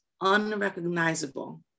unrecognizable